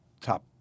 top